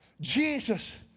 Jesus